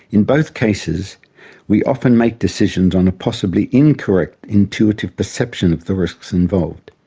in both cases we often make decisions on a possibly incorrect intuitive perception of the risks involved,